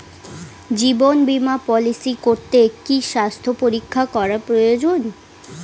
জীবন বীমা পলিসি করতে কি স্বাস্থ্য পরীক্ষা করা প্রয়োজন?